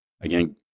Again